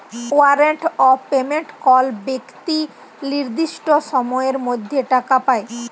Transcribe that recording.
warrant of payment কল বেক্তি লির্দিষ্ট সময়ের মধ্যে টাকা পায়